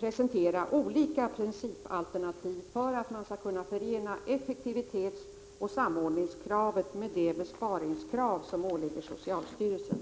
presentera olika principalternativ för att man skall kunna förena effektivitetsoch samordningskravet med de besparingskrav som åligger socialstyrelsen.